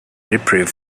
reprieve